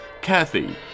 Kathy